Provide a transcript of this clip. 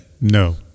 No